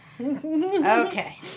Okay